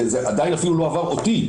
זה עדיין אפילו לא עבר אותי,